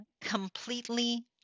completely